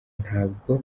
ntabwo